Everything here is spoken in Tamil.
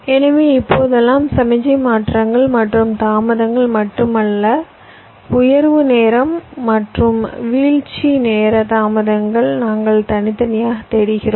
எனவே இப்போதெல்லாம் சமிக்ஞை மாற்றங்கள் மற்றும் தாமதங்கள் மட்டுமல்ல உயர்வு நேரம் மற்றும் வீழ்ச்சி நேர தாமதங்களை நாங்கள் தனித்தனியாக தேடுகிறோம்